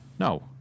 no